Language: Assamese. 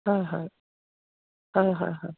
হয় হয় হয় হয় হয়